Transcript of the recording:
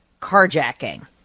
carjacking